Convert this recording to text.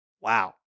Wow